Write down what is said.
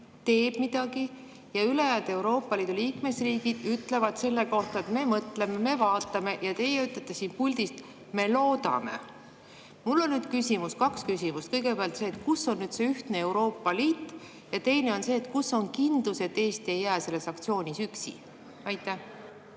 teeb midagi ja ülejäänud Euroopa Liidu liikmesriigid ütlevad selle kohta, et me mõtleme, me vaatame. Ja teie ütlete siit puldist: me loodame. Mul on nüüd küsimus, õigemini kaks küsimust. Kõigepealt see: kus on see ühtne Euroopa Liit? Ja teine: kus on kindlus, et Eesti ei jää selles aktsioonis üksi? Aitäh!